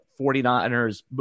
49ers